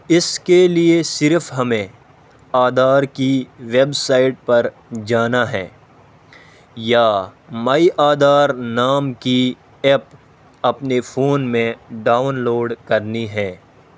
اس کے لیے صرف ہمیں آدھار کی ویب سائٹ پر جانا ہے یا مائی آدھار نام کی ایپ اپنے فون میں ڈاؤن لوڈ کرنی ہے